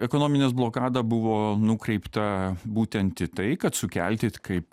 ekonominė blokada buvo nukreipta būtent į tai kad sukelti kaip